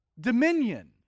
Dominion